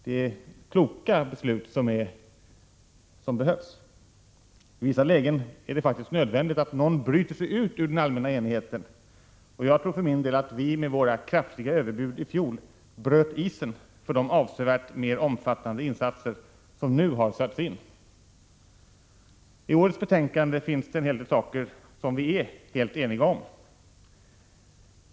Det är kloka beslut som behövs. I vissa lägen är det faktiskt nödvändigt att någon bryter sig ur den allmänna enigheten, och jag tror för min del att vi med våra kraftiga överbud i fjol bröt isen för de avsevärt mer omfattande insatser som nu har satts in. I årets betänkande finns en hel del saker som vi är helt eniga om.